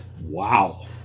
wow